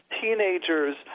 teenagers